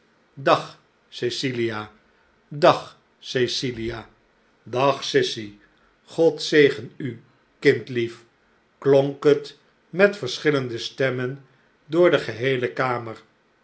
dag cecilia dag cecilia dag sissy god zegen u kindlief klonk het met verschillende stemmen door de geheele kamer